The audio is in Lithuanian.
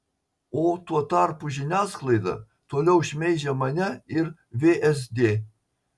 o tuo tarpu žiniasklaida toliau šmeižia mane ir vsd